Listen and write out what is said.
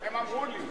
הם אמרו לי.